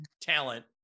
talent